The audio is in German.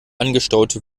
angestaute